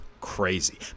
crazy